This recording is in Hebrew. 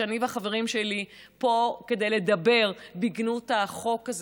שבו אני והחברים שלי פה כדי לדבר בגנות החוק הזה